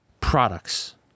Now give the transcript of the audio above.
products